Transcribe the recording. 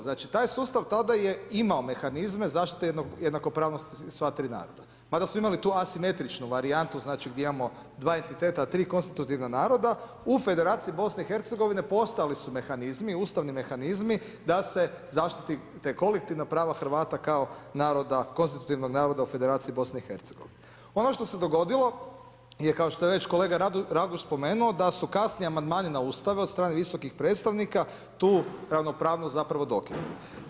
Znači taj sustav tada je imao mehanizme zaštite jednakopravnost sva tri naroda, mada su imali tu asimetričnu varijantu znači gdje imamo 2 entiteta, 3 konstitutivna naroda, u Federaciji BiH postojali su mehanizmi, Ustavni mehanizmi da se zaštiti ta kolektivna prava Hrvata kao naroda, konstitutivnog naroda u Federaciji BiH. ono što se dogodilo je, kao što je već kolega Raguž spomenuo, da su kasnije amandmani na Ustave, od strane visokih predstavnika tu ravnopravnost zapravo dokinuli.